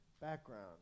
background